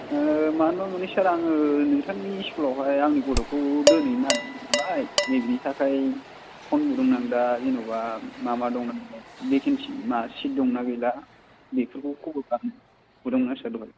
मानोबा मानि सार आंङो नोंथांनि स्कुल आव हाय आंनि गथखौ दोनहैनो नागिरदोंमोन नालाय नैबेनि थाखाय फन बुंदोंमोन आं दा जेनोबा मा मा दंना बेकेनसि चित दं ना गैला बेफोरखौ खबर लानो बुदोंमोन आं सार दहाय